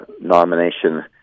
nomination